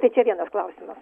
tai čia vienas klausimas